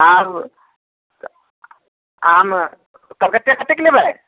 आओर आम कलकते कत्तेक लेबै